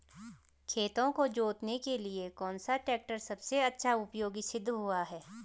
खेतों को जोतने के लिए कौन सा टैक्टर सबसे अच्छा उपयोगी सिद्ध हुआ है?